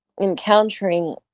encountering